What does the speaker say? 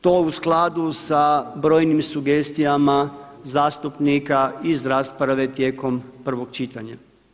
To u skladu sa brojnim sugestijama zastupnika iz rasprave tijekom prvog čitanja.